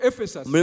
Ephesus